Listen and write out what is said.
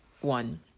one